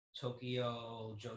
Tokyo